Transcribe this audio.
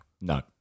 No